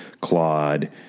Claude